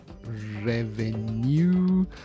revenue